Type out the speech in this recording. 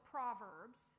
Proverbs